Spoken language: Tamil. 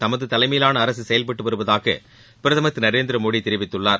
தமது தலைமையிலான அரசு செயல்பட்டு வருவதாக பிரதமர் திரு நரேந்திரமோடி தெரிவித்துள்ளார்